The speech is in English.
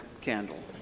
candle